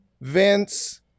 vince